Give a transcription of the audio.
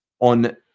On